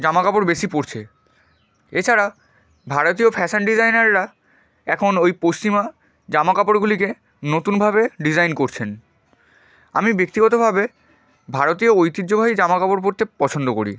জামা কাপড় বেশি পরছে এছাড়া ভারতীয় ফ্যাশন ডিজাইনাররা এখন ওই পশ্চিমা জামা কাপড়গুলিকে নতুনভাবে ডিজাইন করছেন আমি ব্যক্তিগতভাবে ভারতীয় ঐতিহ্যবাহী জামা কাপড় পরতে পছন্দ করি